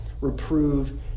reprove